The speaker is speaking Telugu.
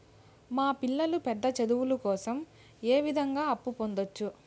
మా పిల్లలు పెద్ద చదువులు కోసం ఏ విధంగా అప్పు పొందొచ్చు?